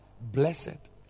blessed